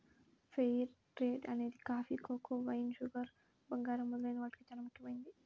fair trade అనేది coffee, cocoa, wine, sugar, బంగారం మొదలైన వాటికి చానా ముఖ్యమైనది